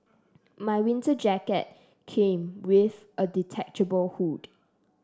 my winter jacket came with a detachable hood